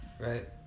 right